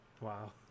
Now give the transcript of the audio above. Wow